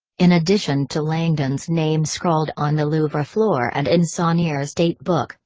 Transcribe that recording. in addition to langdon's name scrawled on the louvre floor and in sauniere's date book,